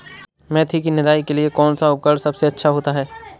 मेथी की निदाई के लिए कौन सा उपकरण सबसे अच्छा होता है?